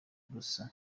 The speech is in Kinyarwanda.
gusa